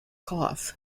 cough